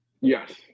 Yes